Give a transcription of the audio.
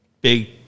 Big